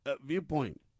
viewpoint